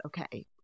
okay